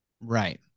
Right